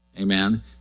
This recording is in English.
Amen